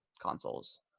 consoles